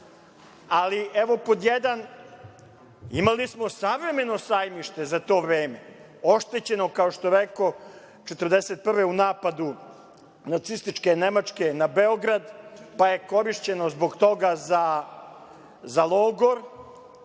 ali evo pod jedan, imali smo savremeno sajmište za to vreme, oštećeno kao što rekoh 1945. godine u napadu nacističke Nemačke na Beograd, pa je korišćeno zbog toga za logor,